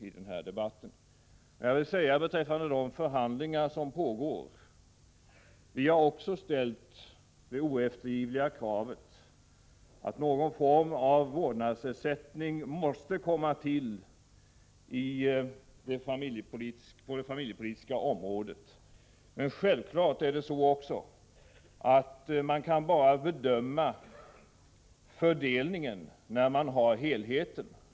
I de förhandlingar som pågår har vi också ställt det oeftergivliga kravet att någon form av vårdnadsersättning måste komma till på det familjepolitiska området. Men självfallet är det också så att man bara kan bedöma fördelningen när man har helheten.